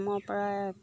প্ৰথমৰে পৰাই